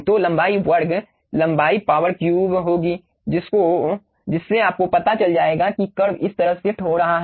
तो लंबाई वर्ग लंबाई पावर क्यूब होगी जिससे आपको पता चल जाएगा कि कर्व इस तरफ शिफ्ट हो रहा है